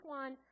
one